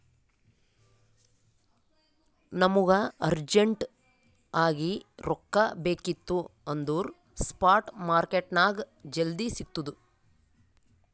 ನಮುಗ ಅರ್ಜೆಂಟ್ ಆಗಿ ರೊಕ್ಕಾ ಬೇಕಿತ್ತು ಅಂದುರ್ ಸ್ಪಾಟ್ ಮಾರ್ಕೆಟ್ನಾಗ್ ಜಲ್ದಿ ಸಿಕ್ತುದ್